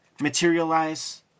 materialize